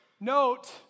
Note